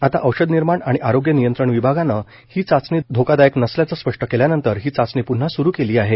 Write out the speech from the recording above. आता औषधनिर्माण आणि आरोग्य नियंत्रण विभागानं ही चाचणी धोकादायक नसल्याचं स्पष्ट केल्यानंतर ही चाचणी प्न्हा स्रू केली आहे